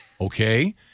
okay